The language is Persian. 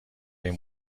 این